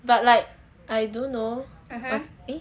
but like I do know of eh